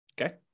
okay